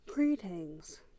Greetings